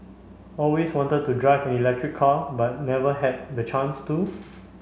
always wanted to drive electric car but never had the chance to